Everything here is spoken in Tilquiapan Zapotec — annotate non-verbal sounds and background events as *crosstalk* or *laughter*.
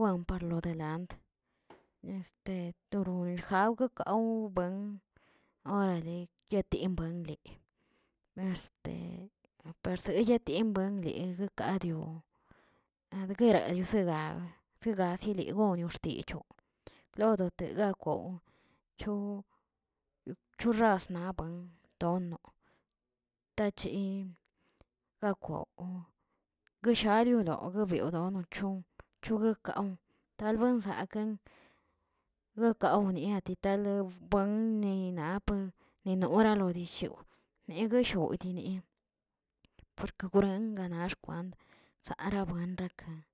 wan parlo delante *hesitation* toron guejawgakaw buen orale yetim banle, este parsiyatin buenli liguikadio adguerayozega zega zegono xtiyoo, lodete gakoon choo cgirrasnabuen tono tacheyi gakwoo gueshadiolo donochon choguekawꞌ talbuenzakeꞌn guekawꞌni ditale buenni na per norala diishiw, negoshowdiini porque gueren ganaxkwand zara buen rakan.